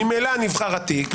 ממילא נבחר התיק,